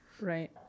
Right